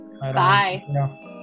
Bye